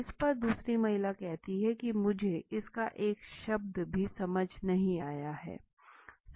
इसपर दूसरी महिला कहती है की मुझे इसका एक शब्द भी समझ में नहीं आया है